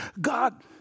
God